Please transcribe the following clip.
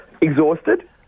Exhausted